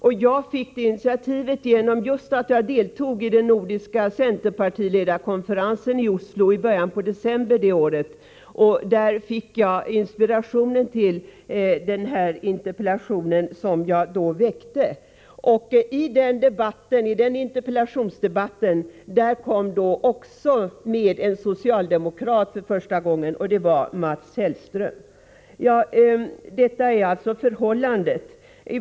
Jag tog det initiativet på grund av att jag deltog i den nordiska centerpartiledarkonferensen i Oslo i början av december det året. Där fick jaginspirationen till den interpellation jag då väckte. I den interpellationsdebatten kom för första gången en socialdemokrat med, och det var Mats Hellström. — Detta är alltså förhållandet.